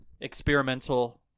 experimental